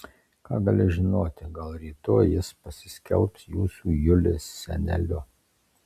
ką gali žinoti gal rytoj jis pasiskelbs jūsų julės seneliu